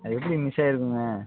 அது எப்படி மிஸ் ஆகிருக்குங்க